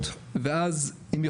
לי